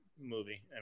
movie